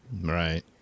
right